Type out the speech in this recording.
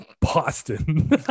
boston